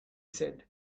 said